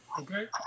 Okay